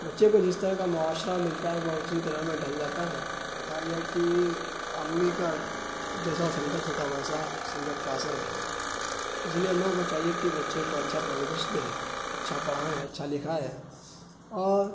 بچے کو جس طرح کا معاشرہ ملتا ہے وہ اسی طرح میں ڈھل جاتا ہے بتایا گیا ہے کہ امی کا جیسا سنگت ہوتا ہے ویسا سنگت کا اثر ہوتا ہے اس لیے ہم لوگوں کو چاہیے کہ بچے کو اچھا پرورش دے اچھا پڑھائیں اچھا لکھائیں اور